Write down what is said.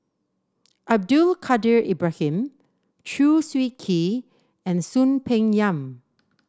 Abdul Kadir Ibrahim Chew Swee Kee and Soon Peng Yam